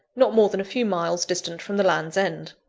not more than a few miles distant from the land's end.